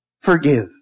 forgive